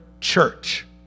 church